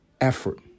effort